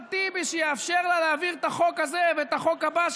לאחמד טיבי שיאפשר לה להעביר את החוק הזה ואת החוק הבא,